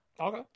Okay